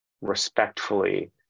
respectfully